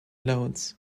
loads